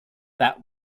that